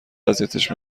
اذیتش